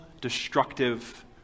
destructive